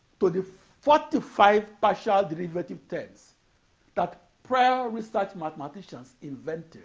to the forty-five partial derivative terms that prior research mathematicians invented